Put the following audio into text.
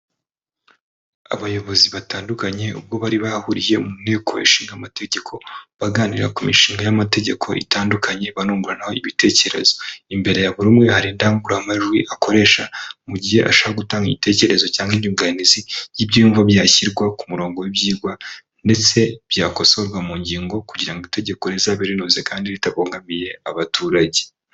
Abayobozi batandukanye ubwo bari bahuriye mu nteko ishinga amategeko baganira ku mishinga y'amategeko itandukanye banunguranaho ibitekerezo imbere ya buri umwe haridangurara amajwi akoresha mu gihe ashaka gutanga ibitekerezo cyangwa inyunganizi y'ibyumba byashyirwa ku murongo w'ibyigwa ndetse byakosorwa mu ngingo kugira ngo itegeko rizabe rinze kandi ritabangamiye abaturage.